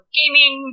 gaming